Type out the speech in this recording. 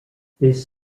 this